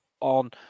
on